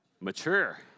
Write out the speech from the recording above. Mature